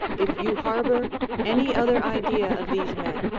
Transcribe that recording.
if you harbor any other idea of these men,